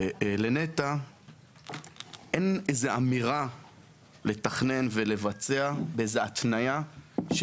לנת"ע אין איזו אמירה לתכנן ולבצע באיזו התניה של